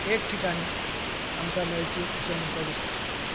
एक ठिकाणी आमकां मेळची अशें म्हाका दिसता